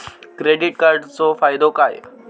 Credit कार्डाचो फायदो काय?